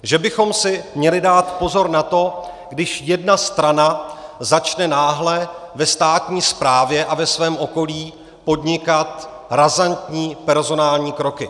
Že bychom si měli dát pozor na to, když jedna strana začne náhle ve státní správě a ve svém okolí podnikat razantní personální kroky.